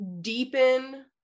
deepen